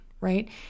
right